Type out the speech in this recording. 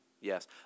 Yes